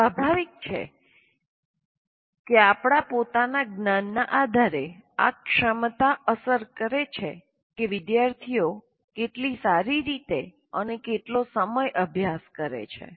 સ્વાભાવિક છે કે આપણા પોતાના જ્ઞાનના આધારે આ ક્ષમતા અસર કરે છે કે વિદ્યાર્થીઓ કેટલી સારી રીતે અને કેટલો સમય અભ્યાસ કરે છે